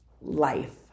life